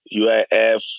UIF